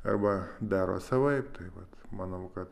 arba daro savaip tai vat manau kad